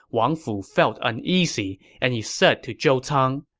wang fu felt uneasy and he said to zhou cang,